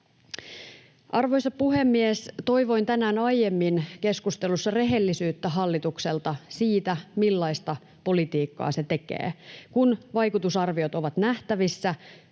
Arvoisa puhemies! Toivoin tänään aiemmin keskustelussa rehellisyyttä hallitukselta siitä, millaista politiikkaa se tekee. Kun vaikutusarviot ovat nähtävissä,